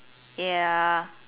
ya